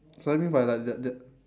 so I mean by like the the